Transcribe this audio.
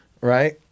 Right